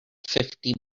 fifty